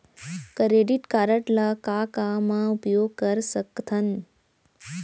Credit card ला का का मा उपयोग कर सकथन?